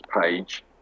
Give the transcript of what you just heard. page